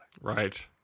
Right